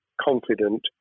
confident